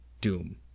Doom